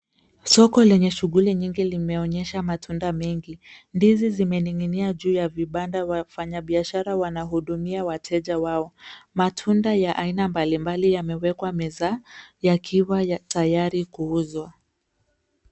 Soko lenye shughuli nyingi limeonyesha matunda mengi. Ndizi zimening'inia juu ya vibanda. Wafanyabiashara wanahudumia wateja wao. Matunda ya aina mbalimbali yamewekwa meza yakiwa tayari kuuzwa.